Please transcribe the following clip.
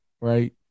right